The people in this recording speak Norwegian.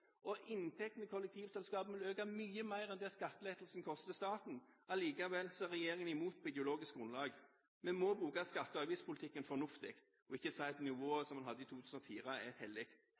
øke mye mer enn det skattelettelsen koster staten. Allikevel er regjeringen imot, på ideologisk grunnlag. Vi må bruke skatte- og avgiftspolitikken fornuftig og ikke si at nivået en hadde i 2004, er hellig.